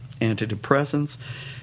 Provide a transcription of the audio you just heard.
antidepressants